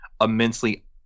Immensely